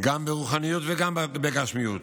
גם ברוחניות וגם בגשמיות.